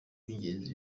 by’ingenzi